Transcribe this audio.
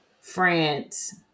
France